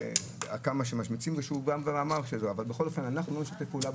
אנחנו לא נשתף פעולה,